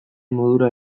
modura